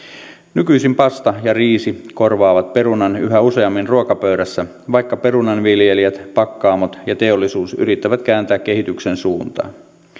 nykyisin pasta ja riisi korvaavat perunan yhä useammin ruokapöydässä vaikka perunanviljelijät pakkaamot ja teollisuus yrittävät kääntää kehityksen suuntaa